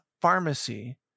pharmacy